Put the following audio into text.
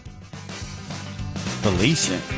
Felicia